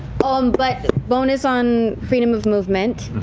um but bonus on freedom of movement